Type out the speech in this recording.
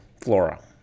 flora